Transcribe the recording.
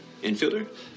Infielder